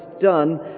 done